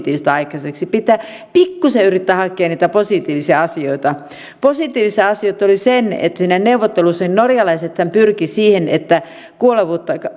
positiivista aikaiseksi pitää pikkusen yrittää hakea niitä positiivisia asioita positiivisia asioita oli se että siellä neuvotteluissa norjalaisethan pyrkivät siihen että